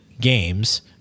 games